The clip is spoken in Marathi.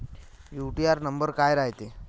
यू.टी.आर नंबर काय रायते?